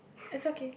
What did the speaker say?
it's okay